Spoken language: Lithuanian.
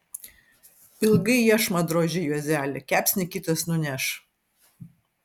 ilgai iešmą droži juozeli kepsnį kitas nuneš